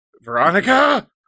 veronica